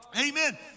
Amen